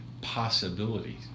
possibilities